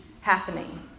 happening